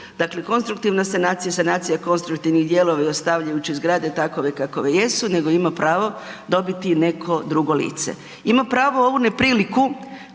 dakle konstruktivna sanacija je sanacija konstruktivni dijelovi ostavljajući zgrade takove kakove jesu nego ima pravo dobiti neko drugo lice, ima pravo ovu nepriliku